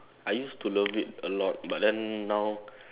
I used to love it a lot but then now